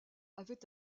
avait